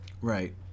Right